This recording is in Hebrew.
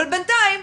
בינתיים,